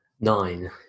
Nine